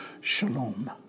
Shalom